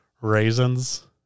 raisins